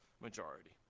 majority